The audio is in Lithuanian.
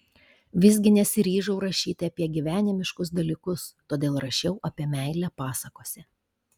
visgi nesiryžau rašyti apie gyvenimiškus dalykus todėl rašiau apie meilę pasakose